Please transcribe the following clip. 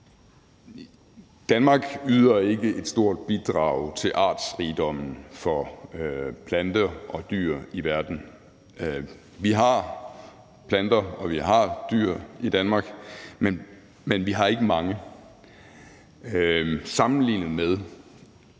Danmark yder ikke et stort bidrag til artsrigdommen for planter og dyr i verden. Vi har planter, og vi har dyr i Danmark, men vi har ikke mange, sammenlignet med